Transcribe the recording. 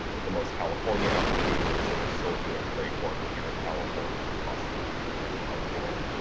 with the most california applications, so we're still doing great work here in california, and across the country, and around the world.